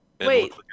Wait